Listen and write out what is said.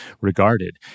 regarded